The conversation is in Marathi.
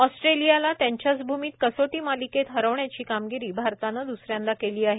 ऑस्ट्रेलियाला त्यांच्याच भूमीत कसोटी मालिकेत हरवण्याची कामगिरी भारतानं दुसऱ्यांदा केली आहे